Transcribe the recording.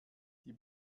die